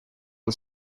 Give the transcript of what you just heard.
are